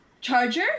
Charger